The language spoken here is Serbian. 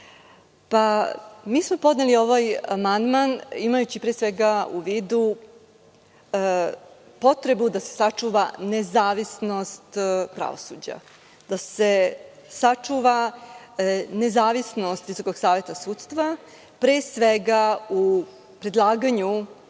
mi smo podneli ovaj amandman imajući pre svega u vidu potrebu da se sačuva nezavisnost pravosuđa, da se sačuva nezavisnost Visokog saveta sudstva pre svega u predlaganju